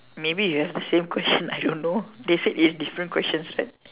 maybe you have the same question I don't know they said is different questions that